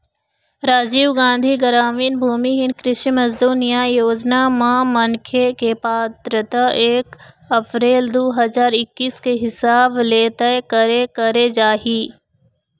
राजीव गांधी गरामीन भूमिहीन कृषि मजदूर न्याय योजना म मनखे के पात्रता एक अपरेल दू हजार एक्कीस के हिसाब ले तय करे करे जाही